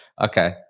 Okay